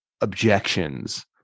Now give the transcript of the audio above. objections